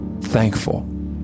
thankful